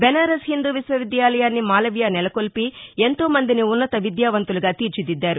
బెనారస్ హిందూ విశ్వవిద్యాలయాన్ని మాలవ్యా నెలకొల్పి ఎంతో మందిని ఉన్నత విద్యావంతులుగా తీర్చిదిద్దారు